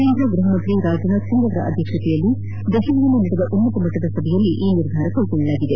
ಕೇಂದ್ರ ಗೃಹಸಚಿವ ರಾಜನಾಥ್ ಸಿಂಗ್ ಅಧ್ಯಕ್ಷತೆಯಲ್ಲಿ ದೆಪಲಿಯಲ್ಲಿ ನಡೆದ ಉನ್ನತ ಮಟ್ಟದ ಸಭೆಯಲ್ಲಿ ಈ ನಿರ್ಧಾರ ಕೈಗೊಳ್ಳಲಾಗಿದೆ